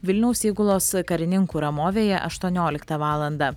vilniaus įgulos karininkų ramovėje aštuonioliktą valandą